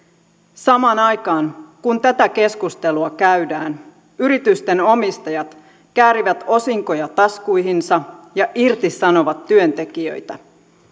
samaan aikaan kun tätä keskustelua käydään yritysten omistajat käärivät osinkoja taskuihinsa ja irtisanovat työntekijöitä